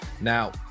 Now